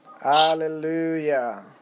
Hallelujah